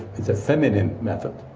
it's a feminine method,